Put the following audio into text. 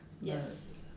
yes